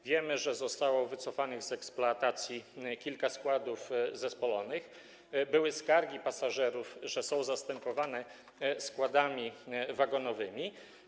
Wiemy, że zostało wycofanych z eksploatacji kilka składów zespolonych, były skargi pasażerów, że są zastępowane składami wagonowymi.